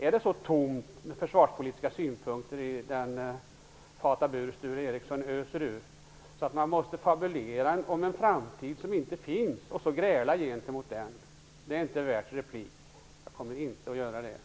Är det så tomt med försvarspolitiska synpunkter i den fatabur Sture Ericson öser ur så att han måste fabulera om en framtid som inte finns och gräla om den. Det är inte värt en replik. Jag kommer inte att replikera detta.